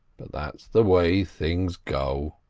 but that's the way things go.